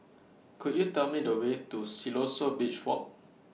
Could YOU Tell Me The Way to Siloso Beach Walk